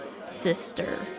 sister